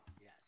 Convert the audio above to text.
Yes